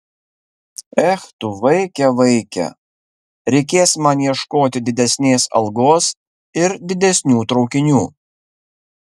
ech tu vaike vaike reikės man ieškoti didesnės algos ir didesnių traukinių